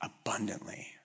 abundantly